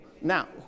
Now